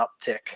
uptick